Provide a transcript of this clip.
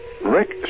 Rick